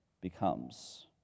becomes